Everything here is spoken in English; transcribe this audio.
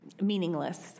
meaningless